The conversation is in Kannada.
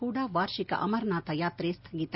ಕೂಡ ವಾರ್ಷಿಕ ಅಮರನಾಥ ಯಾತ್ರೆ ಸ್ಥಗಿತ